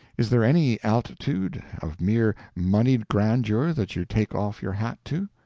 is there any altitude of mere moneyed grandeur that you take off your hat to?